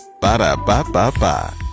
Ba-da-ba-ba-ba